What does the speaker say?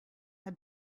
had